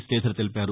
శీధర్ తెలిపారు